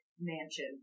mansion